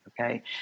Okay